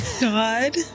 God